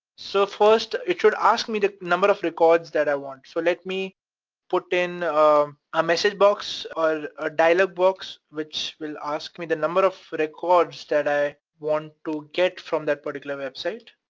so first it should ask me the number of records that i want. so let me put in a message box, or a dialogue box which will ask me the number of records that i want to get from that particular website,